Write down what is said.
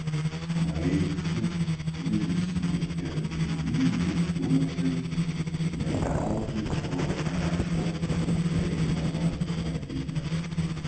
šmaikštūs linksmi ir dainingi dzūkai ne veltui savo kraštą dainava vadina